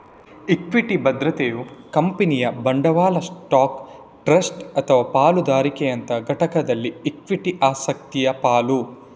equity ಭದ್ರತೆಯು ಕಂಪನಿಯ ಬಂಡವಾಳ ಸ್ಟಾಕ್, ಟ್ರಸ್ಟ್ ಅಥವಾ ಪಾಲುದಾರಿಕೆಯಂತಹ ಘಟಕದಲ್ಲಿ ಇಕ್ವಿಟಿ ಆಸಕ್ತಿಯ ಪಾಲು